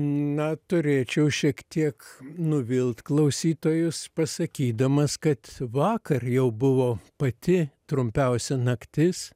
na turėčiau šiek tiek nuvilt klausytojus pasakydamas kad vakar jau buvo pati trumpiausia naktis